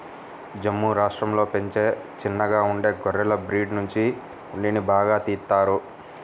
జమ్ము రాష్టంలో పెంచే చిన్నగా ఉండే గొర్రెల బ్రీడ్ నుంచి ఉన్నిని బాగా తీత్తారు